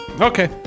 Okay